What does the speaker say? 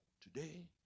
today